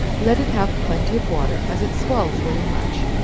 let it have plenty of water, as it swells very much,